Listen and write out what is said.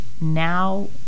now